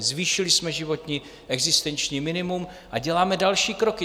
Zvýšili jsme životní, existenční minimum a děláme další kroky.